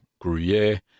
gruyere